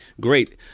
great